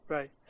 Right